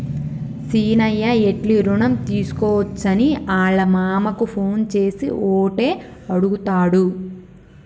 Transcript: సీనయ్య ఎట్లి రుణం తీసుకోవచ్చని ఆళ్ళ మామకు ఫోన్ చేసి ఓటే అడుగుతాండు